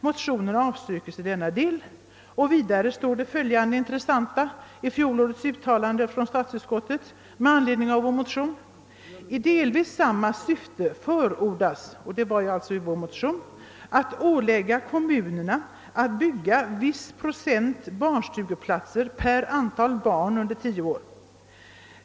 Motionerna aävstyrks därför i denna del.» Vidåre heter det i fjolårets uttalande från statsutskottet med anledning av vår motion: »I delvis samma syfte förordas» — alltså i vår motion —»——— ett åläggande för kommunerna att bygga en viss procent barnstugeplatser per antal barn under fio år.